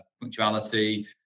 punctuality